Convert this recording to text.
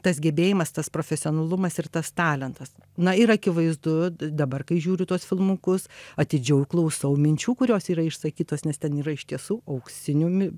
tas gebėjimas tas profesionalumas ir tas talentas na ir akivaizdu dabar kai žiūriu tuos filmukus atidžiau klausau minčių kurios yra išsakytos nes ten yra iš tiesų auksinių mi